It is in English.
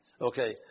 Okay